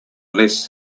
less